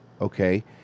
Okay